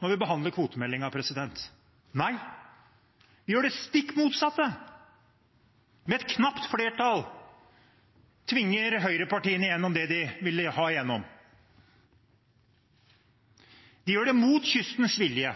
når vi behandler kvotemeldingen? Nei, vi gjør det stikk motsatte. Med et knapt flertall tvinger høyrepartiene igjennom det de vil ha igjennom. De gjør det mot kystens vilje,